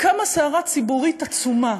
קמה סערה ציבורית עצומה,